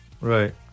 Right